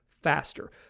faster